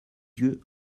yeux